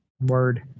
Word